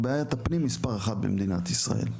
זאת בעיית הפנים מספר אחת במדינת ישראל.